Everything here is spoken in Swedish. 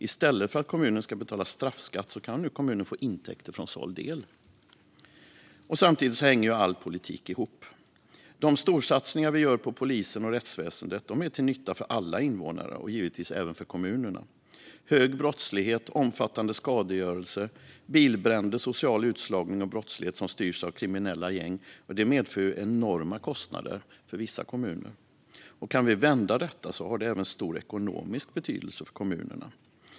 I stället för att behöva betala straffskatt kan kommunen nu få intäkter från såld el. Samtidigt hänger all politik ihop. De storsatsningar vi gör på polisen och rättsväsendet är till nytta för alla invånare och givetvis även för kommunerna. Hög brottslighet, omfattande skadegörelse, bilbränder, social utslagning och brottslighet som styrs av kriminella gäng medför enorma kostnader för vissa kommuner. Kan vi vända detta har det även stor ekonomisk betydelse för kommunerna.